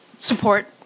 support